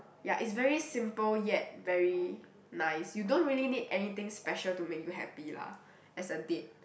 ya it's very simple yet very nice you don't really need anything special to make you happy lah as a date